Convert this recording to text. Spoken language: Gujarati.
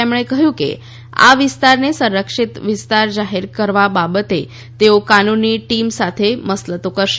તેમણે કહ્યું કે આ વિસ્તારને સંરક્ષિત વિસ્તાર જાહેર કરવા બાબતે તેઓ કાનૂની ટીમ સાથે મસલતો કરશે